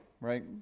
right